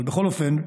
אבל בכל אופן,